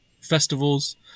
festivals